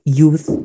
youth